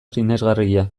sinesgarria